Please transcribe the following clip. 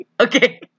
Okay